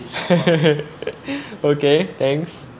okay thanks